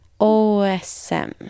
OSM